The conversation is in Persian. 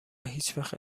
هیچوقت